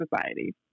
society